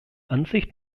ansicht